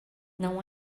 não